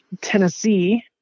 Tennessee